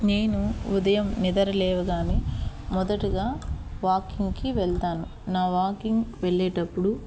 నేను ఉదయం నిద్ర లేవగానే మొదటగా వాకింగ్కి వెళ్తాను నా వాకింగ్ వెళ్ళేటప్పుడు